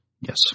Yes